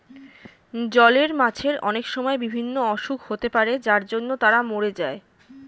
জলের মাছের অনেক সময় বিভিন্ন অসুখ হতে পারে যার জন্য তারা মোরে যায়